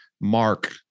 mark